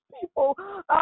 People